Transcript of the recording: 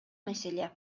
маселе